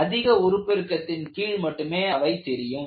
அதிக உருப்பெருக்கத்தின் கீழ் மட்டுமே அவை தெரியும்